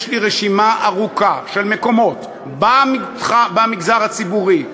יש לי רשימה ארוכה של מקומות במגזר הציבורי,